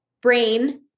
brain